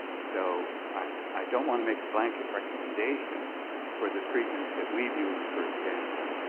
so i don't want to make a blanket recommendation for the treatments that we've used, for example,